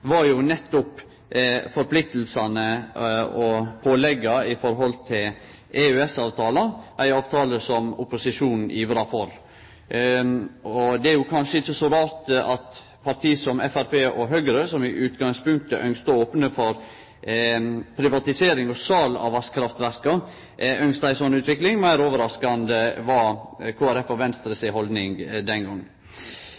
var jo nettopp forpliktingane og pålegga i EØS-avtala, ei avtale som opposisjonen ivra for. Det er kanskje ikkje så rart at parti som Framstegspartiet og Høgre, som i utgangspunktet ynskte å opne for privatisering og sal av vasskraftverka, ynskte ei slik utvikling. Meir overraskande var Kristeleg Folkeparti og Venstre